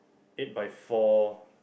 eight by four